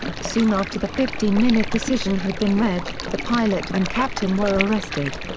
soon after the fifteen-minute decision had been read, the pilot and captain were arrested.